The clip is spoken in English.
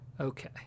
Okay